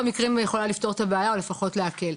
יכולה לפתור את הפנייה או לפחות להקל.